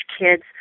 kids